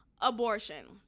abortion